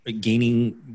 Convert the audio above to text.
gaining